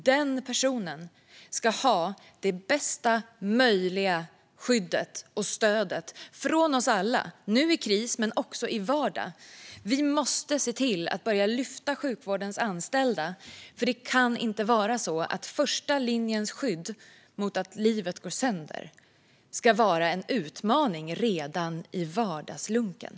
Dessa personer ska ha det bästa möjliga skyddet och stödet från oss alla, i kris som nu men också i vardagen. Vi måste börja lyfta sjukvårdens anställda, för det kan inte vara så att första linjens skydd mot att livet går sönder ska vara en utmaning redan i vardagslunken.